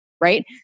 Right